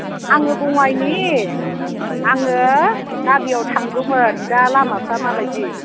आङो बङाइनि आङो गामियाव थांगौमोन दा लामाफ्रा माबायदि